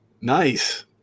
Nice